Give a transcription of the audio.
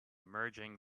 merging